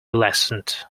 lessened